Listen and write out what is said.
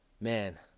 Man